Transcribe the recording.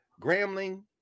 grambling